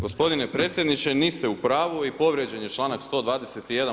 Gospodine predsjedniče niste u pravu i povrijeđen je članak 121.